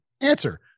Answer